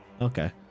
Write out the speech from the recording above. okay